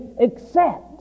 accept